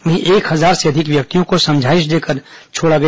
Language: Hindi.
वहीं एक हजार से अधिक व्यक्तियों को समझाइश देकर छोड़ा गया